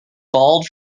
bald